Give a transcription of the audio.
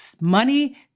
Money